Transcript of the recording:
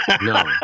No